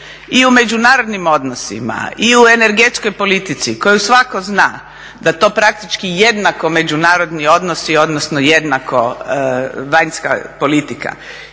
i u međunarodnim odnosima, i u energetskoj politici koju svatko zna da to praktički jednako međunarodni odnosi, odnosno jednako vanjska politika.